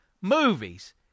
movies